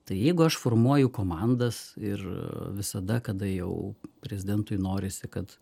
tai jeigu aš formuoju komandas ir visada kada jau prezidentui norisi kad